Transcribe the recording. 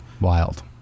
Wild